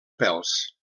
pèls